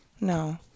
no